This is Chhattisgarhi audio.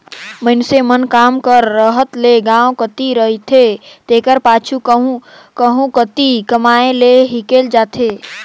मइनसे मन काम कर रहत ले गाँव कती रहथें तेकर पाछू कहों कती कमाए लें हिंकेल जाथें